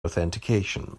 authentication